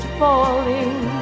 falling